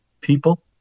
people